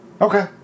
Okay